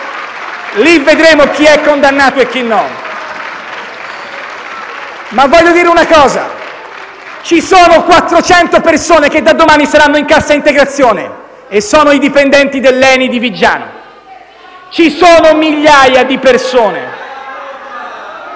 Lì vedremo chi sarà condannato e chi no. Ma voglio dire una cosa: ci sono 400 persone che, da domani, saranno in cassa integrazione e sono i dipendenti dell'ENI di Viggiano. *(**Commenti dal Gruppo